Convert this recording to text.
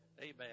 Amen